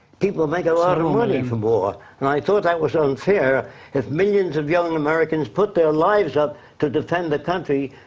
people make a lot of money from war. and i thought that was unfair if millions of young americans put their lives up to defend the country.